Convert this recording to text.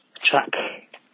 track